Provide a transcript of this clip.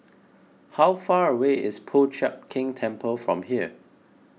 how far away is Po Chiak Keng Temple from here